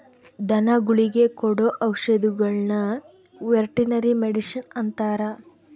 ಧನಗುಳಿಗೆ ಕೊಡೊ ಔಷದಿಗುಳ್ನ ವೆರ್ಟನರಿ ಮಡಿಷನ್ ಅಂತಾರ